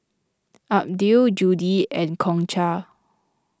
Abdiel Judi and Concha